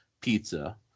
pizza